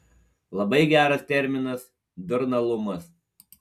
labai geras terminas durnalumas